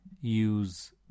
use